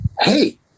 Hey